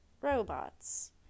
robots